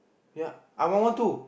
ya I one one two